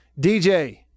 DJ